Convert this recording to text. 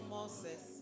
Moses